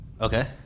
Okay